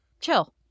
Chill